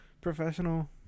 professional